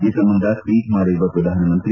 ಈ ಸಂಬಂಧ ಟ್ನೇಟ್ ಮಾಡಿರುವ ಪ್ರಧಾನಮಂತ್ರಿ